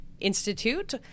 Institute